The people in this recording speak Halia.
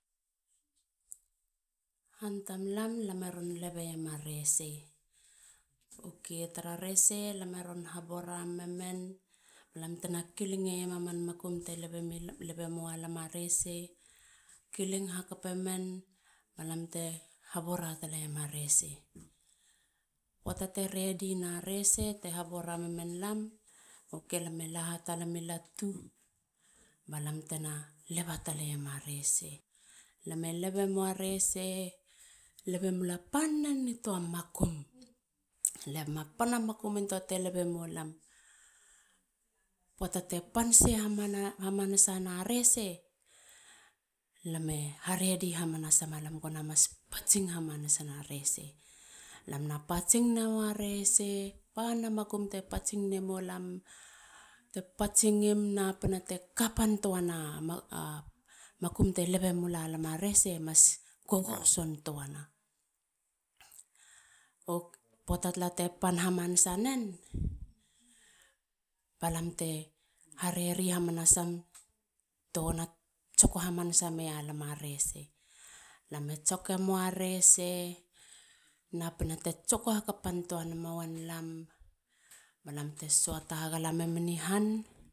Han tamlam. lame ron lebeiema rese. Ok. tara rese lame ron habora mamemen. balam tena kilingeiema makum tena lebe mowa lam a rrese. kiling hakapemen. balam te habora taleiema rese. poata te redi na rese te habora memen lam. lam la talami latu balam tena leba taleiema rese. lam e lebe mou a rese. lebemula pannen nitua makum. lebema panna makumintua te lebe mou lam puata te pansei hamanasa na rese. lame ha redi hamanasan alam gona mas patsing hamanasana rese. Lam na patsing nemowa rese. panna makum te patsing nemou lam. te patsingim. napina te kapantuana a makum te lebe mula lam a rese e mas gogosontuana. Puata tala te pan hamanasa nen. ba lam te haredi hamanasam te go na tsoko hamanasa meia lam a rese. lame tsoke mou a rese. napina te tsoko hakapantua nemuen lam ba lam te suata hagala memen i han.